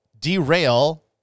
derail